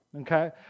okay